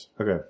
Okay